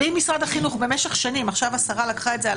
אם משרד החינוך במשך שנים עכשיו השרה לקחה את זה על